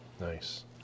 Nice